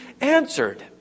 answered